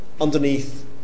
underneath